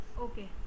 Okay